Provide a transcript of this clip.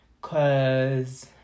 Cause